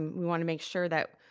we wanna make sure that